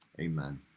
Amen